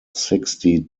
sixty